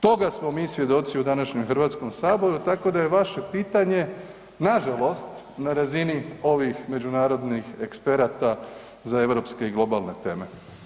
Toga smo mi svjedoci u današnjem Hrvatskome saboru, tako da je vaše pitanja nažalost na razini ovih međunarodnih eksperata za europske i globalne teme.